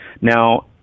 Now